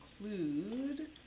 include